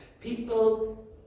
people